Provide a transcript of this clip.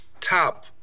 top